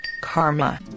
karma